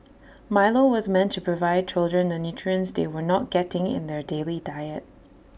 milo was meant to provide children the nutrients they were not getting in their daily diet